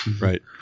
Right